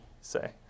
say